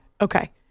Okay